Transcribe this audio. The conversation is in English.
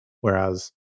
Whereas